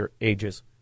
Ages